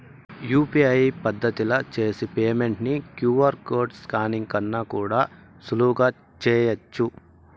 UPI పద్దతిల చేసి payment ని క్యూ.ఆర్ కోడ్ స్కానింగ్ కన్నా కూడా సులువుగా చేయచ్చు